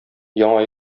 яңа